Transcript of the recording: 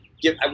give